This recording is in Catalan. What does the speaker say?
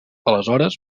aleshores